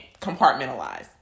compartmentalize